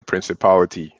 principality